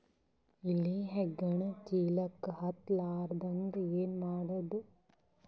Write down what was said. ಇಲಿ ಹೆಗ್ಗಣ ಚೀಲಕ್ಕ ಹತ್ತ ಲಾರದಂಗ ಏನ ಮಾಡದ?